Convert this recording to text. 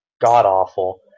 god-awful